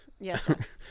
yes